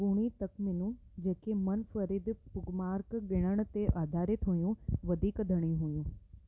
अॻूणी तखमीनूं जेके मुनफरिदु पुगमार्क गि॒णण ते आधारितु हुयूं वधीक घणियूं हुयूं